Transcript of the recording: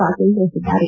ಪಾಟೀಲ್ ತಿಳಿಸಿದ್ದಾರೆ